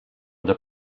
the